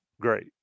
great